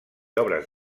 obres